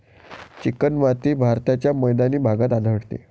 चिकणमाती भारताच्या मैदानी भागात आढळते